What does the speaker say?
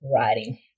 writing